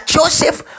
Joseph